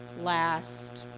last